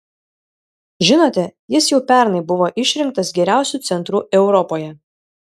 žinote jis jau pernai buvo išrinktas geriausiu centru europoje